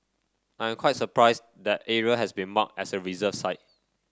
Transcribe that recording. I'm quite surprised that area has been marked as a reserve site